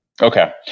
Okay